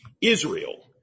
Israel